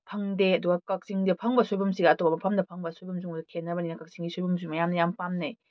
ꯐꯪꯗꯦ ꯑꯗꯨꯒ ꯀꯛꯆꯤꯡꯗ ꯐꯪꯕ ꯁꯣꯏꯕꯨꯝꯁꯤꯒ ꯑꯇꯣꯞꯄ ꯃꯐꯝꯗ ꯐꯪꯕ ꯁꯣꯏꯕꯨꯝꯁꯤꯒ ꯈꯦꯠꯅꯕꯅꯤꯅ ꯀꯛꯆꯤꯡ ꯁꯣꯏꯕꯨꯝꯁꯨ ꯃꯌꯥꯝꯅ ꯌꯥꯝꯅ ꯄꯥꯝꯅꯩ